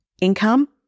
income